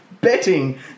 betting